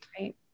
right